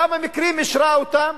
כמה מקרים, אישרה אותם?